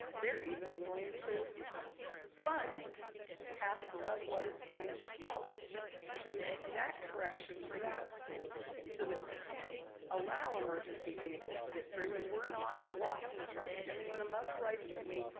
they're even willing to fund half of what it's going to cost to make that correction for that school so that we can allow emergency vehicles to get through and we're not blocking the traffic. i mean when a mother writes to me,